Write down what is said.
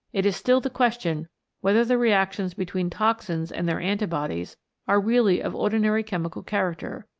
it is still the question whether the reac tions between toxins and their anti-bodies are really of ordinary chemical character,